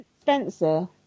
Spencer